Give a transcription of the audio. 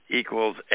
equals